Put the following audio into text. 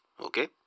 Okay